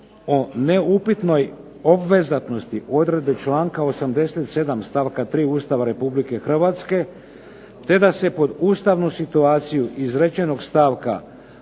o neupitnoj obvezatnosti odredbe članka 87. stavka 3. Ustava Republike Hrvatske, te da se pod ustavnu situaciju iz rečenog stavka